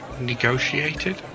negotiated